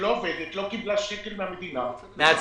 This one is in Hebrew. שלא עובדת, לא קיבלה שקל מהמדינה --- מהצפון?